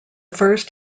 first